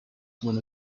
when